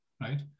right